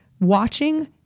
watching